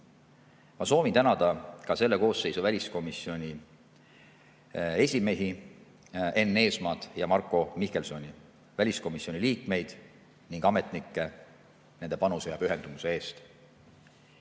Ma soovin tänada ka selle koosseisu väliskomisjoni eelmisi esimehi Enn Eesmaad ja Marko Mihkelsoni, väliskomisjoni liikmeid ning ametnikke nende panuse ja pühendumuse eest.